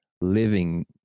living